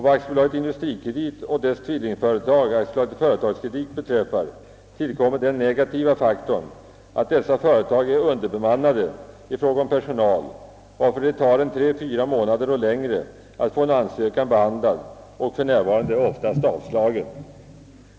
Vad AB Industrikredit och dess tvillingföretag AB Företagskredit beträffar, tillkommer den negativa faktorn, att dessa företag är underbemannade i fråga om personal, varför det tar 3—4 månader och mera att få en ansökan behandlad — och för närvarande oftast avslagen.